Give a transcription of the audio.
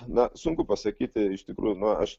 na sunku pasakyti iš tikrųjų na aš